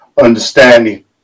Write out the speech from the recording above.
understanding